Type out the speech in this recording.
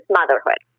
motherhood